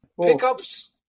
Pickups